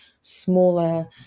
smaller